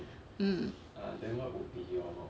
mm